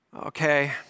okay